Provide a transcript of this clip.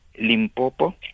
Limpopo